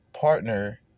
partner